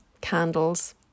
candles